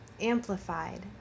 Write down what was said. amplified